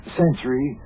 century